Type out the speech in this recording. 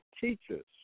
teachers